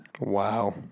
Wow